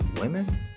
women